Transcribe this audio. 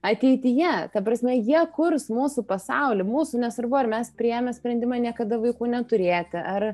ateityje ta prasme jie kurs mūsų pasaulį mūsų nesvarbu ar mes priėmę sprendimą niekada vaikų neturėti ar